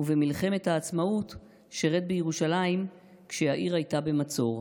ובמלחמת העצמאות שירת בירושלים כשהעיר הייתה במצור.